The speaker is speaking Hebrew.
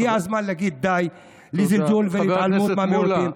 הגיע הזמן להגיד די לזלזול ולהתעלמות מהמיעוט הנאמן.